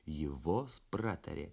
ji vos pratarė